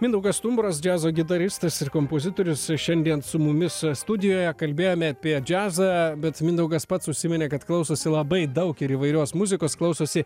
mindaugas stumbras džiazo gitaristas ir kompozitorius šiandien su mumis studijoje kalbėjome apie džiazą bet mindaugas pats užsiminė kad klausosi labai daug ir įvairios muzikos klausosi